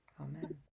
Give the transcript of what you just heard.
Amen